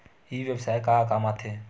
ई व्यवसाय का काम आथे?